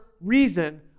reason